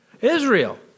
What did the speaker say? Israel